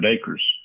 acres